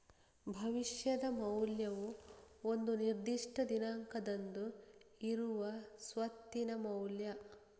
ಭವಿಷ್ಯದ ಮೌಲ್ಯವು ಒಂದು ನಿರ್ದಿಷ್ಟ ದಿನಾಂಕದಂದು ಇರುವ ಸ್ವತ್ತಿನ ಮೌಲ್ಯ